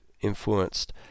influenced